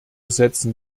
setzen